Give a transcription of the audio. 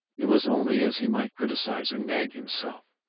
it was only as he might criticize and nag himself,